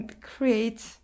create